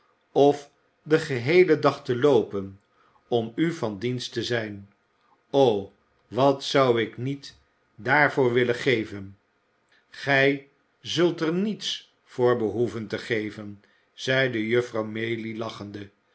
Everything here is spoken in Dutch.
of den geheelen dag te loopen om u van dienst te zijn o wat zou ik niet daarvoor willen geven gij zult er niets voor behoeven te geven zeide mejuffrouw maylie lachende